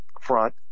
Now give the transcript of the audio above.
front